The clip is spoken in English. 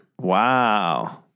Wow